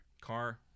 car